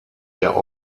der